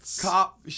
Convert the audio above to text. cop